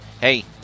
hey